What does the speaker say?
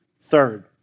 Third